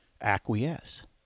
acquiesce